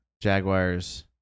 Jaguars